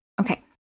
Okay